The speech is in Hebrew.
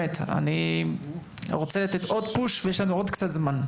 אני רוצה לתת עוד פוש ויש לנו עוד קצת זמן.